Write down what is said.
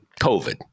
COVID